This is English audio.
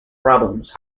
problems